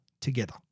together